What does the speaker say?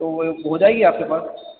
तो वह ही हो जाएगी आपके पास